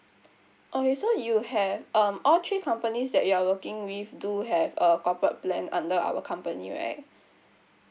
okay you so you have um all three companies that you are working with do have a corporate plan under our company right